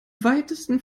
weitesten